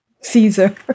Caesar